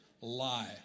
Lie